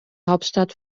hauptstadt